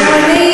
שב, שב.